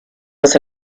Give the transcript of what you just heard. was